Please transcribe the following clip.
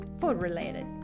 food-related